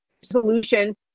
solution